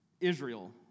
Israel